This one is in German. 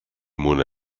mona